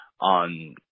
on